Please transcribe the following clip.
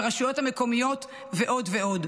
ברשויות המקומיות ועוד ועוד.